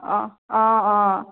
অ' অ' অ'